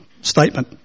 statement